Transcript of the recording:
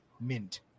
mint